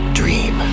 dream